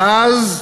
ואז,